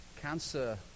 cancer